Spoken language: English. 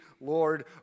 Lord